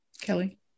Kelly